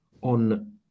on